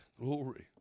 glory